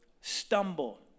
stumble